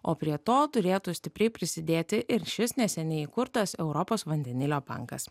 o prie to turėtų stipriai prisidėti ir šis neseniai įkurtas europos vandenilio bankas